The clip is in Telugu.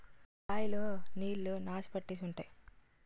బాయ్ లో నీళ్లు నాసు పట్టేసి ఉంటాయి